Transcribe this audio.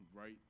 right